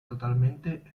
totalmente